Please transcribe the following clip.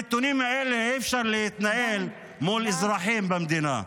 עם הנתונים האלה אי-אפשר להתנהל מול אזרחים במדינה.